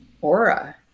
aura